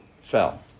fell